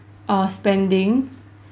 err spending